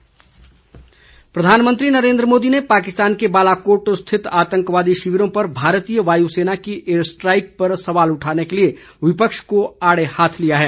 प्रधानमंत्री संवाद प्रधानमंत्री नरेन्द्र मोदी ने पाकिस्तान के बालाकोट स्थित आतंकवादी शिविरों पर भारतीय वायु सेना की एयर स्ट्राइक पर सवाल उठाने के लिए विपक्ष को आड़े हाथों लिया है